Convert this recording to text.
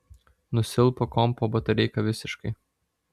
nusilpo kompo batareika visiškai